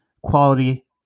quality